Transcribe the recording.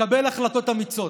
נקבל החלטות אמיצות.